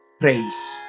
praise